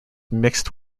mixed